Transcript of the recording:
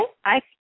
Hi